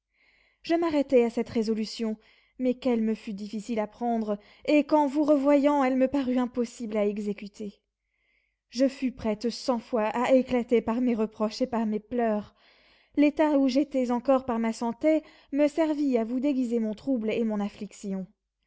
je m'arrêtai à cette résolution mais qu'elle me fut difficile à prendre et qu'en vous revoyant elle me parut impossible à exécuter je fus prête cent fois à éclater par mes reproches et par mes pleurs l'état où j'étais encore par ma santé me servit à vous déguiser mon trouble et mon affliction